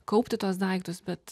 kaupti tuos daiktus bet